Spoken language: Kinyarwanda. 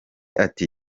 ati